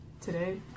today